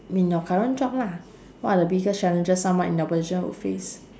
mean your current job lah what are the biggest challenges someone in your position would face